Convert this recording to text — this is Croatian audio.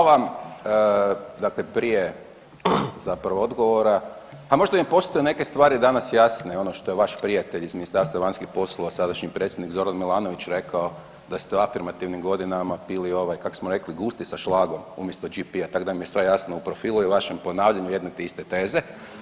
Hvala vam dakle prije zapravo odgovora, pa možda i postaju neke stvari danas jasne ono što je vaš prijatelj iz Ministarstva vanjskih poslova, a sadašnji predsjednik Zoran Milanović rekao da ste u afirmativnim godinama pili ovaj kako smo rekli gusti sa šlagom umjesto GP-a tak da mi je sve jasno u profilu i vašem ponavljanju jedne te iste teze.